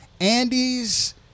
Andy's